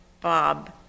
Bob